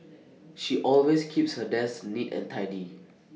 she always keeps her desk neat and tidy